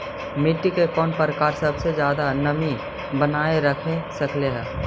मिट्टी के कौन प्रकार सबसे जादा नमी बनाएल रख सकेला?